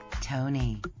Tony